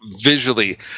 visually